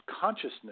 consciousness